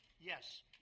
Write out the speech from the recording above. Yes